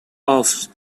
offs